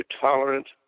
tolerant